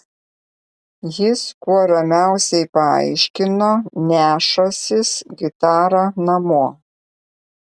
jis kuo ramiausiai paaiškino nešąsis gitarą namo